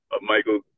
Michael